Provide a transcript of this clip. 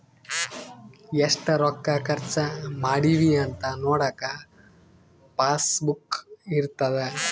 ಎಷ್ಟ ರೊಕ್ಕ ಖರ್ಚ ಮಾಡಿವಿ ಅಂತ ನೋಡಕ ಪಾಸ್ ಬುಕ್ ಇರ್ತದ